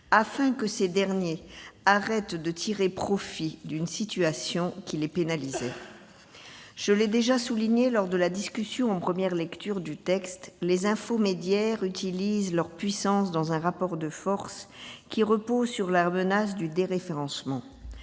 afin que ces derniers arrêtent de tirer profit d'une situation qui pénalisait les premiers. Je l'ai déjà souligné lors de la discussion en première lecture du texte, les infomédiaires utilisent leur puissance dans un rapport de force qui repose sur la menace du déréférencement.